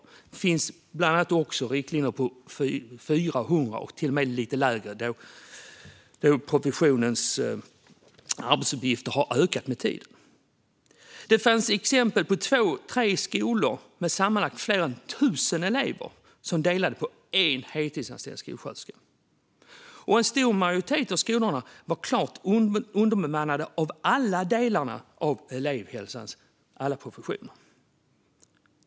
Det finns till och med riktlinjer om lite mindre än 400 elever, då professionens arbetsuppgifter har ökat med tiden. Det fanns exempel på två tre skolor med sammanlagt fler än 1 000 elever som delade på en heltidsanställd skolsköterska. En stor majoritet av skolorna var klart underbemannade i alla delar av elevhälsans professioner.